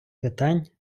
питань